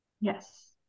yes